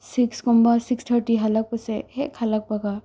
ꯁꯤꯛꯁꯀꯨꯝꯕ ꯁꯤꯛꯁ ꯊꯥꯔꯇꯤ ꯍꯜꯂꯛꯄꯁꯦ ꯍꯦꯛ ꯍꯜꯂꯛꯄꯒ